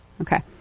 Okay